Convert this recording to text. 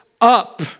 up